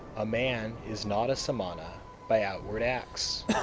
a man is not a samana by outward acts.